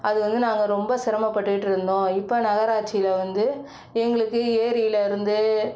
அது வந்து நாங்கள் ரொம்ப சிரமப்பட்டுக்கிட்டு இருந்தோம் இப்போ நகராட்சியில் வந்து எங்களுக்கு ஏரிலிருந்து